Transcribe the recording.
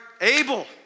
able